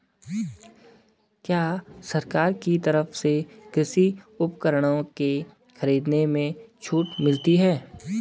क्या सरकार की तरफ से कृषि उपकरणों के खरीदने में छूट मिलती है?